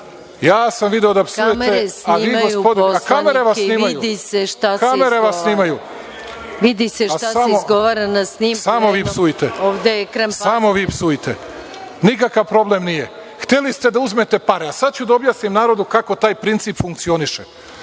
**Aleksandar Vučić** Kamere vas snimaju. Samo vi psujte, nikakav problem nije. Hteli ste da uzmete pare, a sada ću da objasnim narodu kako taj princip funkcioniše.